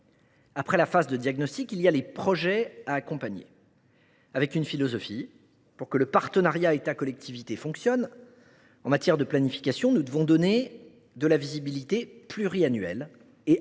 Après la phase de diagnostic, il y a les projets à accompagner. Nous avons une philosophie : pour que le partenariat État collectivités fonctionne en matière de planification écologique, nous devons donner de la visibilité pluriannuelle et adapter